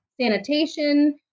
sanitation